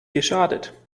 geschadet